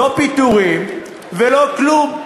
לא פיטורים ולא כלום.